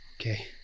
Okay